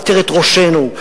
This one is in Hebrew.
עטרת ראשנו,